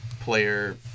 player